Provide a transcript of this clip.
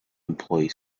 employee